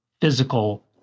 physical